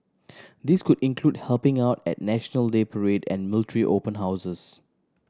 this could include helping out at National Day parade and military open houses